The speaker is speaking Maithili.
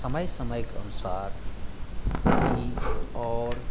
समय समयके अनुसार ई आओर